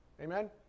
Amen